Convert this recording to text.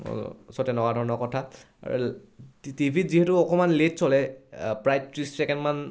চ' তেনেকুৱা ধৰণৰ কথা আৰু টিভিত যিহেতু অকমান লেট চলে প্ৰায় ত্ৰিছ ছেকেণ্ডমান